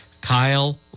Kyle